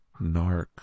narc